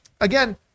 again